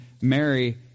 Mary